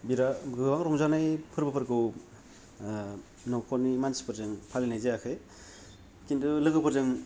बिराथ गोबां रंजानाय फोरबोफोरखौ न'खरनि मानसिफोरजों फालिनाय जायाखै खिन्थु लोगो फोरजों